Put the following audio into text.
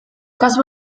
kasu